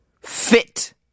fit